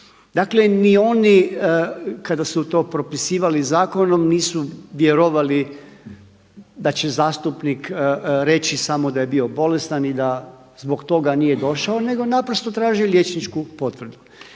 Dakle, ni oni kada su to propisivali zakonom nisu vjerovali da će zastupnik reći samo da je bio bolestan i da zbog toga nije došao, nego je naprosto tražio liječničku potvrdu.